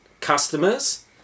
customers